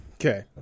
Okay